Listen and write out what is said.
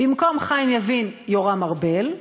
במקום חיים יבין, יורם ארבל,